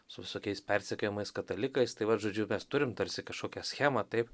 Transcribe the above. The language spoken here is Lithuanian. su visokiais persekiojamais katalikais tai vat žodžiu mes turim tarsi kažkokią schemą taip